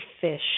fish